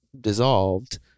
dissolved